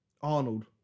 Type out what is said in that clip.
Arnold